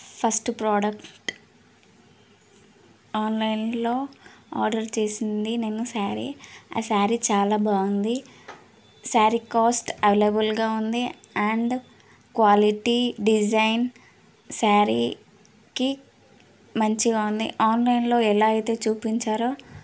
first product ఆన్లైన్లో order చేసింది నేను స్యారీ ఆ స్యారీ చాలా బాగుంది స్యారీ కాస్ట్ అవైలబుల్గా ఉంది అండ్ క్వాలిటీ డిజైన్ స్యారీకి మంచిగా ఉంది ఆన్లైన్లో ఎలా అయితే చూపించారో